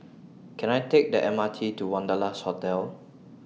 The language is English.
Can I Take The M R T to Wanderlust Hotel